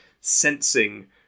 sensing